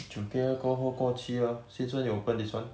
九个月过后过期 lor since when you open this one